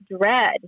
dread